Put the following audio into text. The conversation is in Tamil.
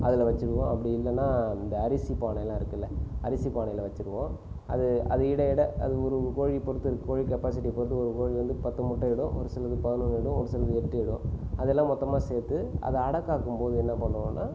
அதில் வெச்சுருவோம் அப்படி இல்லைன்னா இந்த அரிசி பானைலாம் இருக்குதுல அரிசி பானையில் வெச்சுருவோம் அது அது இடயிட அது ஒரு ஒரு கோழியை பொறுத்து இருக்குது கோழி கெப்பாசிட்டி பொறுத்து ஒரு ஒரு கோழி வந்து பத்து முட்டை இடும் ஒரு சிலது பதினொன்று இடும் ஒரு சிலது எட்டு இடும் அதெல்லாம் மொத்தமாக சேர்த்து அதை அடைகாக்கும் பொழுது என்ன பண்ணுவோனால்